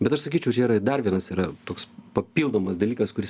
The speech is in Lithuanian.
bet aš sakyčiau čia yra dar vienas yra toks papildomas dalykas kuris